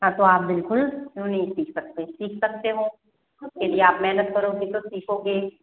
हाँ तो आप बिल्कुल क्यों नहीं सीख सकते सीख सकते हो उसके लिए आप मेहनत कारोगे तो सिखोगे